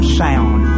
sound